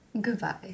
Goodbye